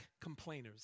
complainers